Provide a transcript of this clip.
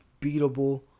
beatable